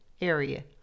area